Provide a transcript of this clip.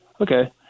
okay